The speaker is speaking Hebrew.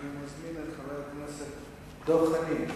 אני מזמין את חבר הכנסת דב חנין.